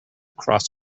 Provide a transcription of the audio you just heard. cross